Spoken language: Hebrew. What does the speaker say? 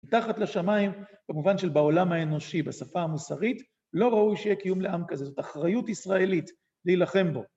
תחת לשמיים, במובן של בעולם האנושי, בשפה המוסרית, לא ראוי שיהיה קיום לעם כזה. זאת אחריות ישראלית להילחם בו.